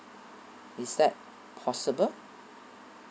is that possible